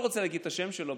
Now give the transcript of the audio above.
אני לא רוצה להגיד את השם שלו,